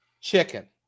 chicken